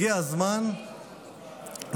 הגיע הזמן להתחרט.